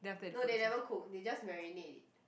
no they never cook they just marinate it